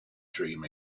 dream